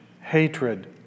hatred